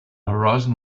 horizon